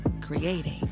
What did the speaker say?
creating